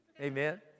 Amen